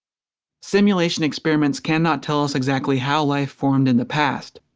simulation experiments cannot tell us exactly how life formed in the past,